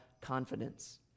confidence